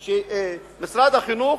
אם משרד החינוך